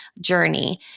journey